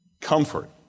Comfort